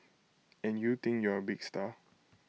and you think you're A big star